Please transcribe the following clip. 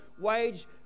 wage